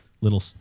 little